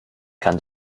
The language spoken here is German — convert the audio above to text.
kann